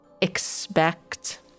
expect